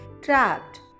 trapped